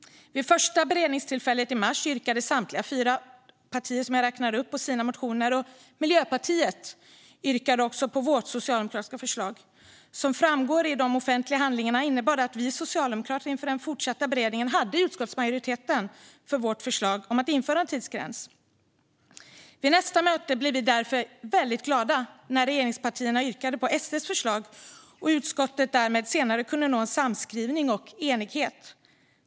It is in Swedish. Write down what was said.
Vid första beredningstillfället i mars yrkade samtliga dessa fyra partier bifall till sina motioner, och MP yrkade också på vårt socialdemokratiska förslag. Som framgår i de offentliga handlingarna innebar det att vi socialdemokrater inför den fortsatta beredningen hade utskottsmajoritet för vårt förslag om att införa en tidsgräns. Vid nästa möte blev vi därför väldigt glada när regeringspartierna yrkade på SD:s förslag och utskottet därmed senare kunde nå en samskrivning och enighet.